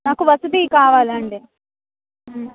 నాకు వసతి కావాలండి